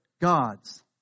gods